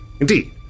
Indeed